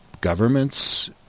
governments